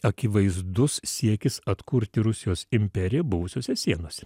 akivaizdus siekis atkurti rusijos imperiją buvusiose sienose